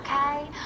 Okay